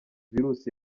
virus